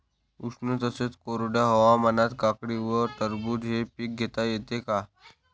उष्ण तसेच कोरड्या हवामानात काकडी व टरबूज हे पीक घेता येते का?